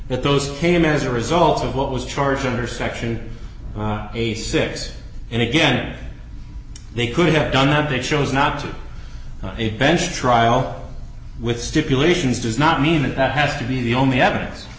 that those came as a result of what was charging for section eighty six and again they could have done had they chose not to a bench trial with stipulations does not mean that has to be the only evidence